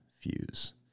fuse